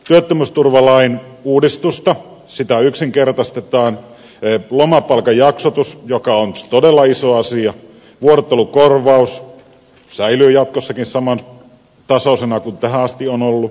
työttömyysturvalain uudistusta yksinkertaistetaan lomapalkan jaksotus on todella iso asia vuorottelukorvaus säilyy jatkossakin samantasoisena kuin se tähän asti on ollut isyysvapaa pitenee